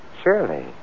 Surely